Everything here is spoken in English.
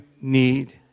need